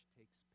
takes